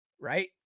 right